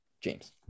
James